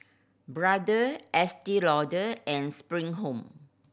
Brother Estee Lauder and Spring Home